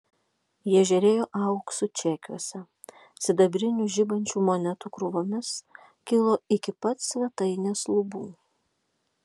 jie žėrėjo auksu čekiuose sidabrinių žibančių monetų krūvomis kilo iki pat svetainės lubų